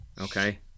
Okay